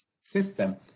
system